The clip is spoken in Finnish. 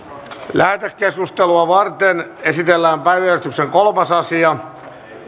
lähetekeskustelua varten esitellään päiväjärjestyksen kolmas asia